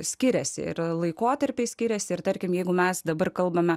skiriasi ir laikotarpiais skiriasi ir tarkim jeigu mes dabar kalbame